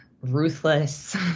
ruthless